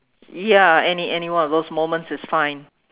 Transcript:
ya any anyone of those moments is fine